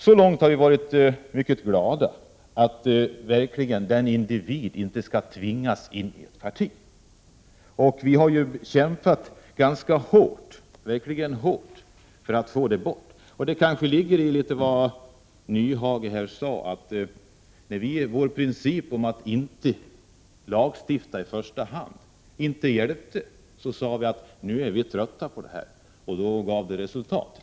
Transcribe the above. Så långt är vi mycket glada över att en individ inte skall tvingas in i ett parti. Vi har verkligen kämpat hårt för att få bort kollektivanslutningen. Kanske ligger det något i vad Hans Nyhage här sade — när vår princip att inte lagstifta i första hand inte hjälpte sade vi att nu är vi trötta på detta, och det gav resultat.